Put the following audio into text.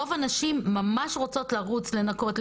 רוב הנשים ממש רוצות לרוץ לנקות,